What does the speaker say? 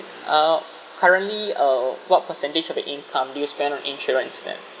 uh currently uh what percentage of your income do you spend on insurance then